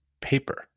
paper